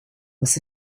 was